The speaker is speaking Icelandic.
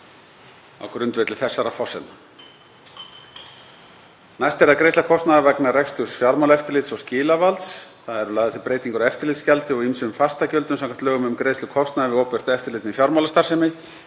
á grundvelli þessara forsendna. Næst er það greiðsla kostnaðar vegna reksturs Fjármálaeftirlits og skilavalds. Það eru lagðar til breytingar á eftirlitsgjaldi og ýmsum fastagjöldum samkvæmt lögum um greiðslu kostnaðar við opinbert eftirlit með fjármálastarfsemi.